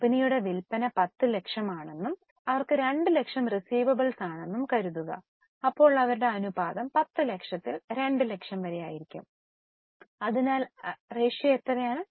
കമ്പനിയുടെ വിൽപന 10 ലക്ഷമാണെന്നും അവർക്ക് 2 ലക്ഷം റീസിവബിൾസ് ആണെന്നും കരുതുക ഇപ്പോൾ അവരുടെ അനുപാതം 10 ലക്ഷത്തിൽ 2 ലക്ഷം വരെ ആയിരിക്കും അതിനാൽ അനുപാതം എത്രയാണ്